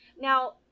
Now